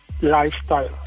lifestyle